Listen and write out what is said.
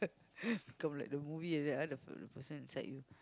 become like the movie like that ah the person inside you